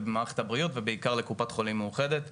"התורים הארוכים לבדיקות MRI ומניעת שימוש ע"י המדינה בטכנולוגיה שתקצר